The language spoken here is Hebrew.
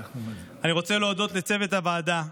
אני רוצה להודות לצוות הוועדה,